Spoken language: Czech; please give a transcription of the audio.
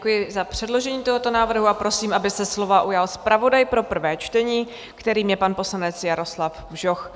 Děkuji za předložení tohoto návrhu a prosím, aby se slova ujal zpravodaj pro prvé čtení, kterým je pan poslanec Jaroslav Bžoch.